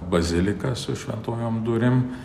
bazilikas su šventojom durim